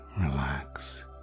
relax